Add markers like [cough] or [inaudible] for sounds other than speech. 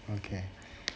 okay [breath]